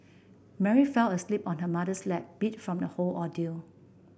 Mary fell asleep on her mother's lap beat from the whole ordeal